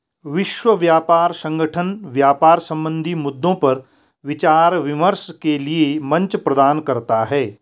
विश्व व्यापार संगठन व्यापार संबंधी मद्दों पर विचार विमर्श के लिये मंच प्रदान करता है